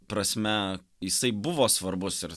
prasme jisai buvo svarbus ir